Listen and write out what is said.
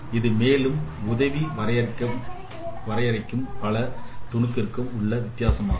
இது மேல் உதவி வரையறைக்கும் பட தூக்கத்திற்கும் உள்ள வித்தியாசமாகும்